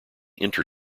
inter